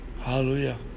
Hallelujah